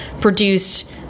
produced